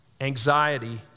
anxiety